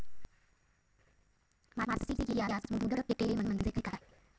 मासिक याज मुदत ठेव म्हणजे काय?